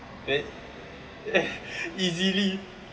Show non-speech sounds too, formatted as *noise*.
then *laughs* easily